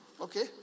okay